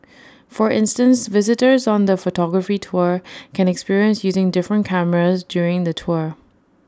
for instance visitors on the photography tour can experience using different cameras during the tour